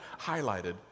highlighted